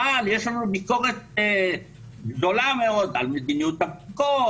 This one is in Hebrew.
אבל יש לנו ביקורת גדולה מאוד על מדיניות הבדיקות,